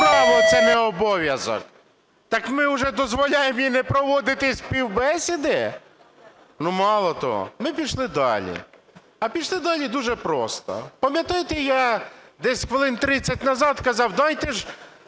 Право – це не обов'язок. Так ми вже дозволяємо і не проводити співбесіди? Мало того, ми пішли далі, а пішли далі дуже просто. Пам'ятаєте, я десь хвилин 30 назад казав: дайте ж